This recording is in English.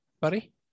buddy